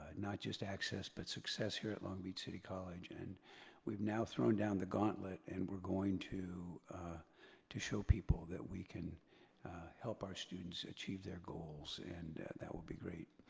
not just access but success here at long beach city college and we've now thrown down the gauntlet and we're going to to show people that we can help our students achieve their goals and that will be great.